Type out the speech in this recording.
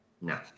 No